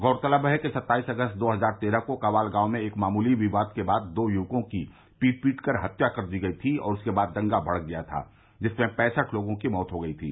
गौरतलब है कि सत्ताईस अगस्त दो हज़ार तेरह को कवाल गांव में एक मामूली विवाद के बाद दो युवकों की पीट पीट कर हत्या कर दी गई थी और उसके बाद दंगा भड़क गया था जिसमें पैंसठ लोगों की मौत हो गई थी